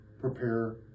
prepare